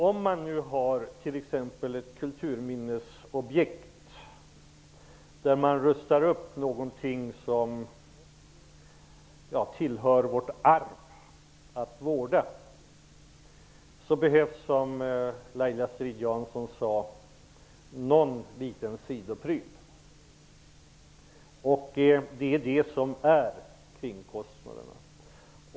Vi kan t.ex. ha ett kulturminnesobjekt som skall rustas upp. Vårt arv skall vårdas. Det behövs, som Laila Strid-Jansson sade, någon liten sidopryl. Det är det som ugör kringkostnaderna.